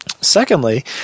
Secondly